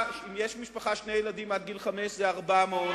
אם יש משפחה עם שני ילדים עד גיל חמש זה 400 שקלים.